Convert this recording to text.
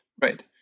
right